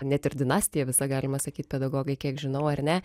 net ir dinastija visa galima sakyt pedagogai kiek žinau ar ne